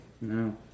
No